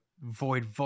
void